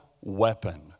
weapon